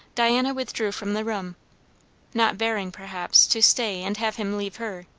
diana withdrew from the room not bearing, perhaps, to stay and have him leave her,